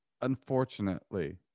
unfortunately